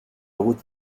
route